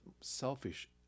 selfish